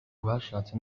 bashatse